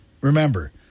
Remember